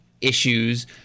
issues